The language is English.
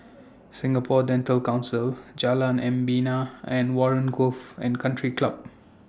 Singapore Dental Council Jalan Membina and Warren Golf and Country Club